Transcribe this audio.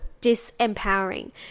disempowering